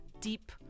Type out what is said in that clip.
deep